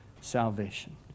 salvation